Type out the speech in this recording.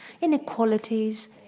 inequalities